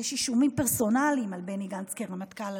אישומים פרסונליים על בני גנץ כרמטכ"ל,